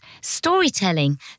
storytelling